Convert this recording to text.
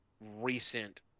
recent